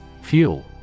Fuel